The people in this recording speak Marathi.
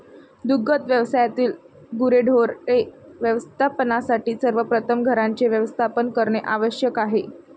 दुग्ध व्यवसायातील गुरेढोरे व्यवस्थापनासाठी सर्वप्रथम घरांचे व्यवस्थापन करणे आवश्यक आहे